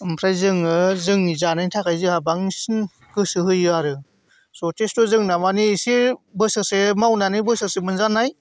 ओमफ्राय जोङो जोंनि जानायनि थाखाय जोंहा बांसिन गोसो होयो आरो जथेसथ' जोंना मानि एसे बोसोरसे मावनानै बोसोरसे मोनजानाय